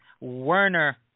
Werner